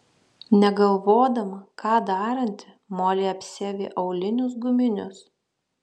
negalvodama ką daranti molė apsiavė aulinius guminius